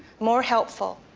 more helpful,